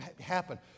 happen